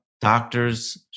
doctors-